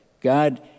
God